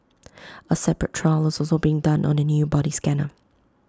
A separate trial is also being done on A new body scanner